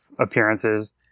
appearances